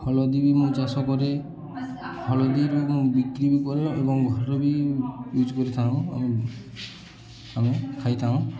ହଳଦୀ ବି ମୁଁ ଚାଷ କରେ ହଳଦୀରୁ ମୁଁ ବିକ୍ରି ବି କରେ ଏବଂ ଘର ବି ୟୁଜ୍ କରିଥାଉଁ ଆମେ ଖାଇଥାଉଁ